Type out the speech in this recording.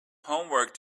homework